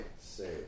say